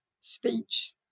speech